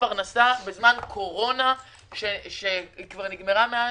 פרנסה בזמן קורונה שכבר נגמרה מאז,